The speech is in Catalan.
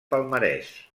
palmarès